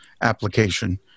application